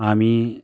हामी